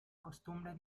costumbre